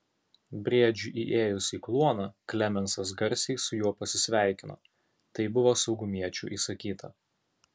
briedžiui įėjus į kluoną klemensas garsiai su juo pasisveikino taip buvo saugumiečių įsakyta